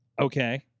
okay